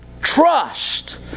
trust